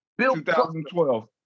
2012